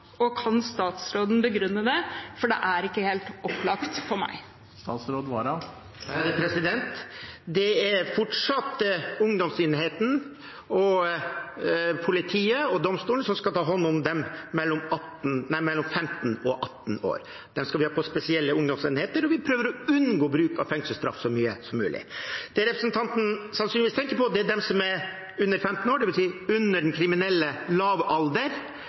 og kan statsråden begrunne det – for det er ikke helt opplagt for meg? Det er fortsatt ungdomsenhetene, politiet og domstolene som skal ta hånd om dem mellom 15 og 18 år. Dem skal vi ha på spesielle ungdomsenheter, og vi prøver å unngå bruk av fengselsstraff så mye som mulig. Det representanten sannsynligvis tenker på, er dem som er under 15 år, dvs. under den kriminelle lavalder,